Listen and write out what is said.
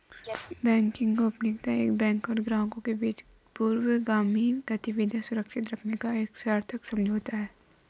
banking गोपनीयता एक bank और ग्राहकों के बीच पूर्वगामी गतिविधियां सुरक्षित रखने का एक सशर्त समझौता है